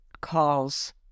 calls